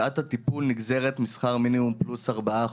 שעת הטיפול נגזרת משכר מינימום פלוס 4%,